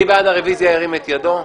מי בעד הרביזיה ירים את ידו?